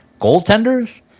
goaltenders